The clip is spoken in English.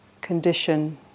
condition